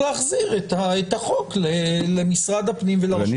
להחזיר את החוק למשרד הפנים ולרשות המקומית.